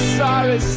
sorry